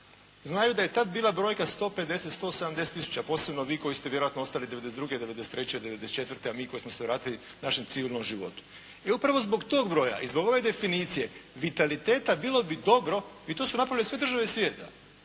znaju da je tad brojka bila 150, 170 tisuća, posebno vi koji ste vjerojatno ostali 92., 93., 94. a mi koji smo se vratili našem civilnom životu. E upravo zbog tog broja i zbog ove definicije vitaliteta bilo bi dobro i to su napravile sve države svijeta,